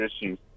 issues